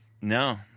no